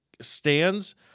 stands